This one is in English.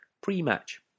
pre-match